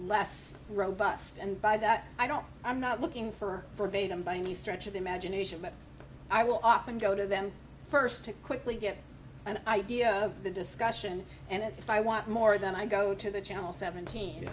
less robust and by that i don't i'm not looking for for begum by any stretch of imagination but i will often go to them first to quickly get an idea of the discussion and if i want more then i go to the channel seventeen